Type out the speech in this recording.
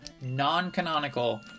non-canonical